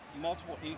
multiple